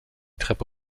treppe